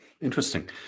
interesting